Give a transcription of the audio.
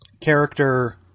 character